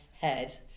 head